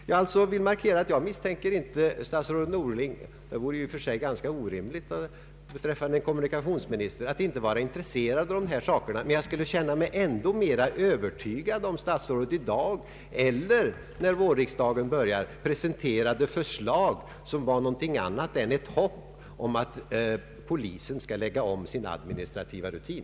Jag vill markera att jag inte misstänker statsrådet Norling för att inte vara intresserad av dessa saker — det vore ju i och för sig ganska orimligt när det gäller en kommunikationsminister — men jag skulle känna mig ännu mer övertygad om statsrådet i dag eller när vårriksdagen börjar presenterade ett förslag som var något annat än en förhoppning om att polisen skall lägga om sin administrativa rutin.